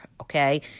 okay